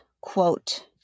quote